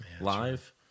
live